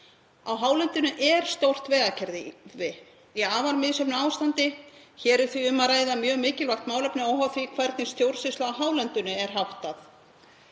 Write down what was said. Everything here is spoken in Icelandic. Á hálendinu er stórt vegakerfi í afar misjöfnu ástandi. Hér er því um að ræða mjög mikilvægt málefni óháð því hvernig stjórnsýslu á hálendinu er háttað.